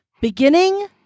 Beginning